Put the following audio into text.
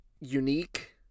unique